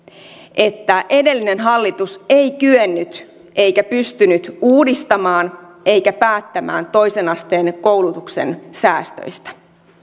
että edellinen hallitus ei kyennyt eikä pystynyt uudistamaan eikä päättämään toisen asteen koulutuksen säästöistä